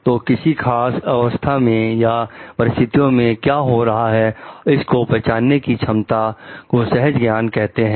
तो किसी खास अवस्था में या परिस्थिति में क्या हो रहा है इस को पहचानने की क्षमता को सहज ज्ञान कहते हैं